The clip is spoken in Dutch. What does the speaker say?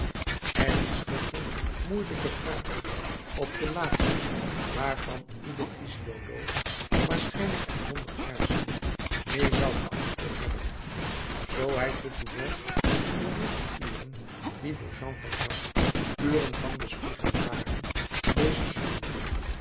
ernstige moeielijke vragen op de laatste waarvan ieder physioloog waarschijnlijk en zonder aarzeling neen zou geantwoord hebben zoo hij te toulon in de rusturen die voor jean valjean uren van bespiegeling waren dezen